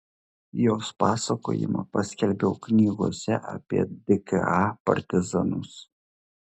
jos pasakojimą paskelbiau knygose apie dka partizanus